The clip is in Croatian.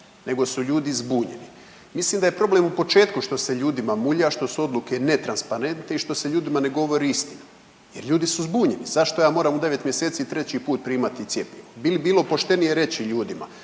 nego su ljudi zbunjeni. Mislim da je problem u početku što se ljudima mulja, što su odluke netransparentne i što se ljudima ne govori istina jer ljudi su zbunjeni zašto ja moram u 9 mjeseci 3 put primati cjepivo. Bi li bilo poštenije reći ljudima